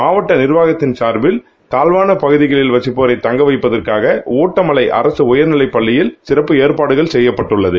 மாவட்ட நிர்வாகத்தின் சார்பில் தாழ்வான பகுதிகளில் வசிப்போரை தங்க வைப்பதற்காக ஊட்டமலை அரசு உயர்நிலைப் பள்ளியில் சிறப்பு ஏற்பாடுகள் செய்யப்பட்டுள்ளது